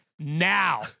Now